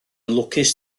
lwcus